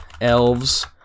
Elves